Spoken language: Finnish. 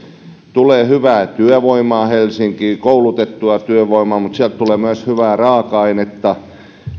tulee hyvää työvoimaa helsinkiin koulutettua työvoimaa mutta sieltä tulee myös hyvää raaka ainetta